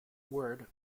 word